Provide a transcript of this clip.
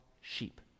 sheep